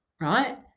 right